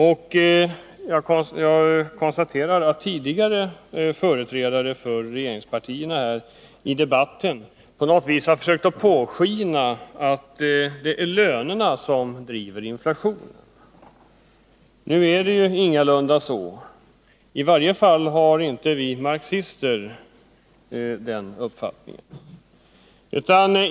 Tidigare här i debatten har företrädare för regeringspartierna på något sätt försökt låta påskina att det är lönerna som driver fram inflationen. Så är det ju ingalunda. I varje fall har inte vi marxister den uppfattningen.